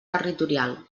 territorial